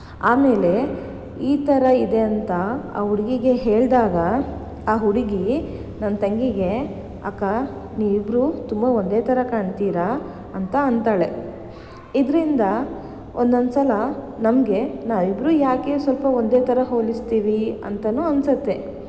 ಆಮೇಲೆ ಈ ಥರ ಇದೆ ಅಂತ ಆ ಹುಡುಗಿಗೆ ಹೇಳಿದಾಗ ಆ ಹುಡುಗಿ ನನ್ನ ತಂಗಿಗೆ ಅಕ್ಕಾ ನೀವಿಬ್ಬರೂ ತುಂಬ ಒಂದೇ ಥರ ಕಾಣ್ತೀರ ಅಂತ ಅಂತಾಳೆ ಇದರಿಂದ ಒಂದೊಂದು ಸಲ ನಮಗೆ ನಾವಿಬ್ಬರೂ ಯಾಕೆ ಸ್ವಲ್ಪ ಒಂದೇ ಥರ ಹೋಲಿಸ್ತೀವಿ ಅಂತಲೂ ಅನಿಸುತ್ತೆ